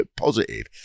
positive